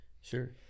sure